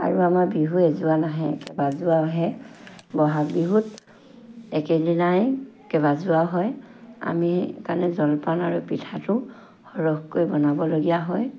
আৰু আমাৰ বিহু এযোৰা নাহে কেবাযোৰাও আছে বহাগ বিহুত একেদিনাই কেবাযোৰাও হয় আমি সেইকাৰণে জলপান আৰু পিঠাটো সৰহকৈ বনাবলগীয়া হয়